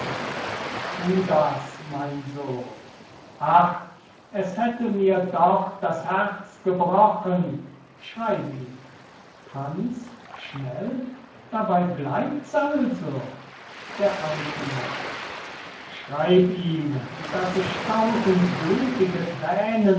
thu das mein sohn ach es hätte mir doch das herz gebrochen schreib ihm franz schnell dabei bleibt's also d a moor schreib ihm daß ich tausend blutige thränen